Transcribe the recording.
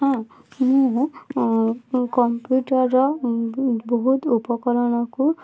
ହଁ ମୁଁ କମ୍ପ୍ୟୁଟର୍ ବହୁତ ଉପକରଣକୁ